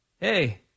hey